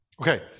Okay